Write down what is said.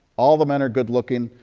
all the men are good looking,